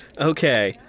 Okay